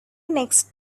next